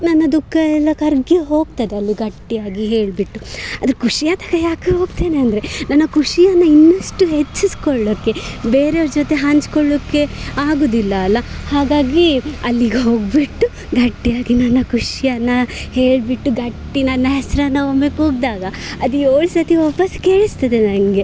ನನ್ನ ದುಃಖ ಎಲ್ಲ ಕರಗಿ ಹೋಗ್ತದೆ ಅಲ್ಲಿ ಗಟ್ಟಿಯಾಗಿ ಹೇಳಿಬಿಟ್ಟು ಅದು ಖುಷಿ ಆಗ್ತದೆ ಯಾಕೊ ಹೋಗ್ತೇನೆ ಅಂದರೆ ನನ್ನ ಖುಷಿಯನ್ನು ಇನ್ನಷ್ಟು ಹೆಚ್ಚಿಸಿಕೊಳ್ಳೊಕೆ ಬೇರೆಯವ್ರ ಜೊತೆ ಹಂಚಿಕೊಳ್ಳೊಕ್ಕೆ ಆಗುವುದಿಲ್ಲ ಅಲಾ ಹಾಗಾಗಿ ಅಲ್ಲಿಗೆ ಹೋಗಿಬಿಟ್ಟು ಗಟ್ಟಿಯಾಗಿ ನನ್ನ ಖುಷಿಯನ್ನು ಹೇಳಿಬಿಟ್ಟು ಗಟ್ಟಿ ನನ್ನ ಹೆಸರನ್ನು ಒಮ್ಮೆ ಕೂಗಿದಾಗ ಅದು ಏಳು ಸರತಿ ವಾಪಾಸು ಕೇಳಿಸ್ತದೆ ನನಗೆ